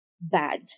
bad